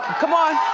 come on.